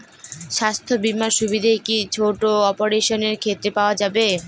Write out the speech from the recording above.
স্বাস্থ্য বীমার সুবিধে কি ছোট অপারেশনের ক্ষেত্রে পাওয়া যাবে?